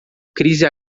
crise